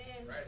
Right